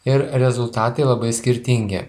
ir rezultatai labai skirtingi